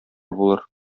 булыр